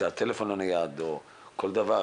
את הטלפון הנייד או כל דבר,